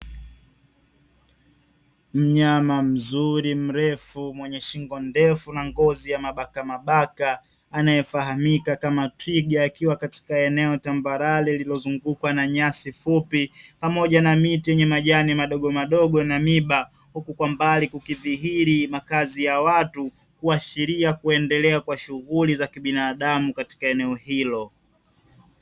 Mnyama mzuri mrefu mwenye shingo ndefu na ngozi ya mabaka mabaka anayefahamika kama 'twiga', akiwa katika eneo tambarare lilozungukwa na nyasi fupi pamoja na miti yenye majani madogo madogo na miiba, huku kwa mbali kukidhihiri makazi ya watu kuashiria kuendelea kwa shughuli za kibinadamu katika eneo hilo.